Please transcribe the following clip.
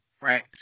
right